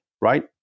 right